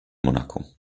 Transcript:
monaco